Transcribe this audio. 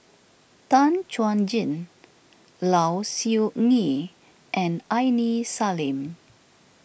Tan Chuan Jin Low Siew Nghee and Aini Salim